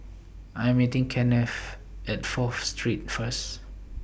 I Am meeting Kennith At Fourth Street First